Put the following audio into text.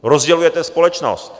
Rozdělujete společnost.